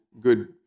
good